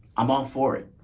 i'm all for it.